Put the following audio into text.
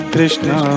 Krishna